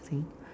think